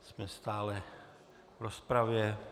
Jsme stále v rozpravě.